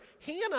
Hannah